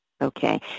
okay